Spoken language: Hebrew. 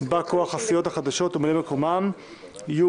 בא כוח הסיעות החדשות וממלאי מקומם יהיו